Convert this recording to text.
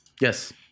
Yes